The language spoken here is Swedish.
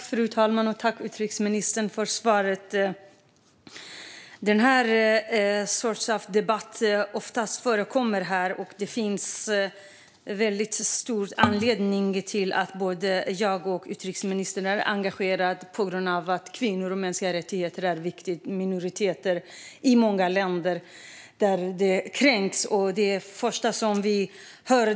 Fru talman! Tack, utrikesministern, för svaret! Den här sortens debatt förekommer ofta här, och det finns en väldigt god anledning till att både jag och utrikesministern är engagerade. Kvinnors och minoriteters rättigheter och mänskliga rättigheter kränks nämligen i många länder.